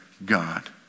God